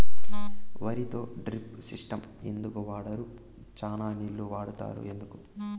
వరిలో drip system ఎందుకు వాడరు? చానా నీళ్లు వాడుతారు ఎందుకు?